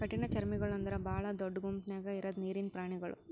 ಕಠಿಣಚರ್ಮಿಗೊಳ್ ಅಂದುರ್ ಭಾಳ ದೊಡ್ಡ ಗುಂಪ್ ನ್ಯಾಗ ಇರದ್ ನೀರಿನ್ ಪ್ರಾಣಿಗೊಳ್